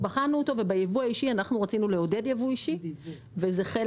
אנחנו רצינו לעודד ייבוא אישי ובחנו את הנושא.